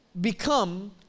Become